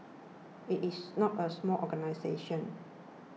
it is not a small organisation